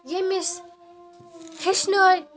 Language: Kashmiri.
ییٚمۍ أسۍ ہیٚچھنٲے